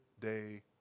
day